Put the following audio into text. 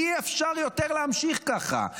אי-אפשר יותר להמשיך ככה.